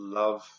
love